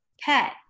pet